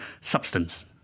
substance